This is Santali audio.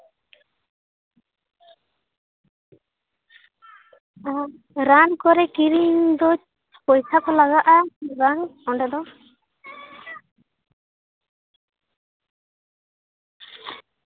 ᱟᱨ ᱨᱟᱱ ᱠᱚᱞᱮ ᱠᱤᱨᱤᱧ ᱫᱚ ᱯᱚᱭᱥᱟ ᱠᱚ ᱞᱟᱜᱟᱜᱼᱟ ᱥᱮ ᱵᱟᱝ ᱚᱸᱰᱮᱫᱚ